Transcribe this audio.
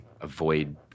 avoid